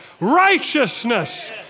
righteousness